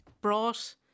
brought